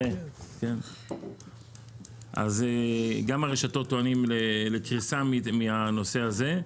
גם הרשתות טוענים לקריסה מהנושא הזה.